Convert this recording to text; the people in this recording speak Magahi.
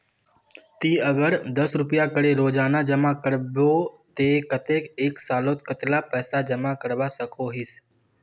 ती अगर दस रुपया करे रोजाना जमा करबो ते कतेक एक सालोत कतेला पैसा जमा करवा सकोहिस?